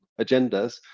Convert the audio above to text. agendas